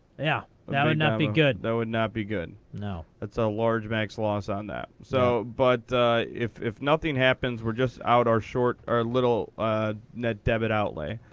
yeah. that would not be good. that would not be good. no. that's a large max loss on that. so but if if nothing happens, we're just out our short our little net debit outlay.